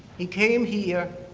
he came here,